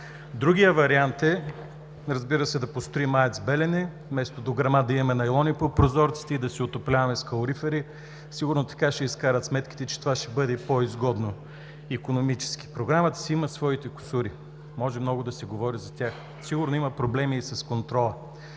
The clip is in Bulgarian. разбира се, да построим АЕЦ „Белене“, вместо дограма да имаме найлони по прозорците и да се отопляваме с калорифери. Сигурно така ще изкарат сметките, че това ще бъде по изгодно икономически. Програмата си има своите кусури – може много да се говори за тях, сигурно има проблеми и с контрола,